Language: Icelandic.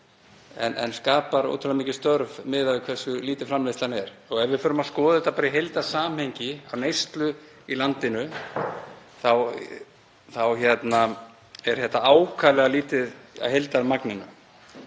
þeir skapa ótrúlega mörg störf miðað við hversu lítil framleiðslan er. Ef við förum að skoða þetta í heildarsamhengi, neyslu í landinu, þá er þetta ákaflega lítið af heildarmagninu.